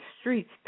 streets